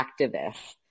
activists